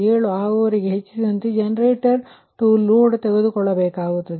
7 ಆಗುವವರೆಗೆ ಈ ಜನರೇಟರ್ 2 ಈ ಲೋಡ್ ತೆಗೆದುಕೊಳ್ಳಬೇಕಾಗುತ್ತದೆ